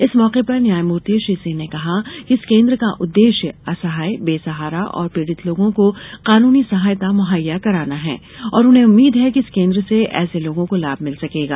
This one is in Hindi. इस मौके पर न्यायमूर्ति श्री सिंह ने कहा कि इस केन्द्र का उददेश्य असहाय बेसहारा और पीड़ित लोगों को कानूनी सहायता मुहैया कराना है और उन्हें उम्मीद है कि इस केन्द्र से ऐसे लोगों को लाभ मिल सकेगा